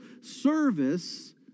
service